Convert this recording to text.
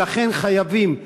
ולכן חייבים,